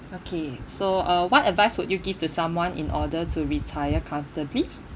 okay so uh what advice would you give to someone in order to retire comfortably